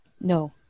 No